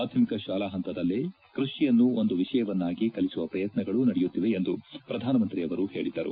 ಮಾಧ್ಯಮಿಕ ಶಾಲಾ ಹಂತದಲ್ಲೇ ಕೃಷಿಯನ್ನು ಒಂದು ವಿಷಯವನ್ನಾಗಿ ಕಲಿಸುವ ಪ್ರಯತ್ನಗಳು ನಡೆಯುತ್ತಿವೆ ಎಂದು ಪ್ರಧಾನಮಂತ್ರಿ ಅವರು ಹೇಳಿದರು